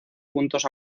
puntos